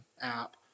app